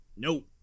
Nope